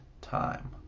time